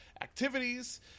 activities